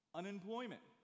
unemployment